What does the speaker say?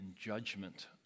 judgment